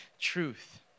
truth